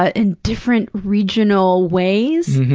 ah in different regional ways.